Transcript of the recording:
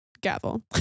Gavel